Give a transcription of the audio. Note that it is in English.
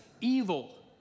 evil